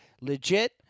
legit